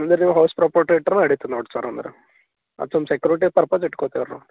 ಅಂದ್ರೆ ನೀವು house property ಇಟ್ಟರೆ ನಡೀತದೆ ನೋಡಿರಿ ಸರ್ ಅಂದ್ರೆ ಅದನ್ನ ಸೆಕ್ಯೂರಿಟಿ ಪರ್ಪಸ್ ಇಟ್ಕೊಳ್ತೀವಿ ನಾವು